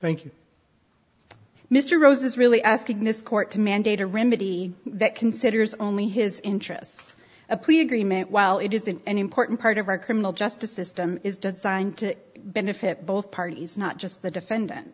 you mr rose is really asking this court to mandate a remedy that considers only his interests a plea agreement while it isn't an important part of our criminal justice system is designed to benefit both parties not just the defendant